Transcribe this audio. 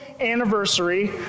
anniversary